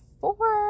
four